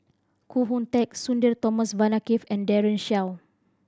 Koh Hoon Teck Sudhir Thomas Vadaketh and Daren Shiau